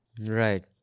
Right